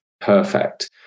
perfect